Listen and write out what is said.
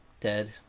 dead